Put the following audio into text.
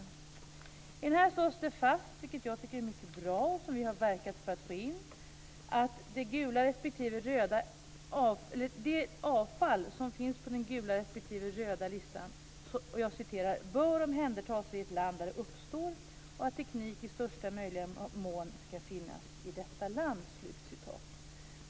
I denna skrivelse slås det fast, vilket jag tycker är mycket bra och som vi har verkat för att få in: "- att avfall från gula respektive röda listan bör omhändertas i det land där det uppstår och att teknik i största möjliga mån skall finnas för detta i varje land."